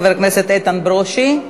חבר הכנסת איתן ברושי.